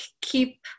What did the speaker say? keep